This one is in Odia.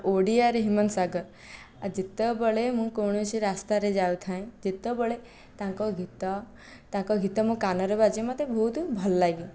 ଓଡ଼ିଆରେ ହ୍ୟୁମାନ ସାଗର ଯେତେବେଳେ ମୁଁ କୌଣସି ରାସ୍ତାରେ ଯାଉଥାଏ ଯେତେବେଳେ ତାଙ୍କ ଗୀତ ତାଙ୍କ ଗୀତ ମୋ କାନରେ ବାଜେ ମୋତେ ବହୁତ ଭଲ ଲାଗେ